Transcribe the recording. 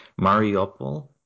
Mariupol